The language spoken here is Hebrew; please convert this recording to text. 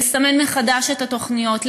לסמן מחדש את התוכניות,